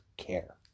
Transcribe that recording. care